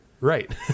Right